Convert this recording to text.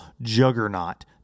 juggernaut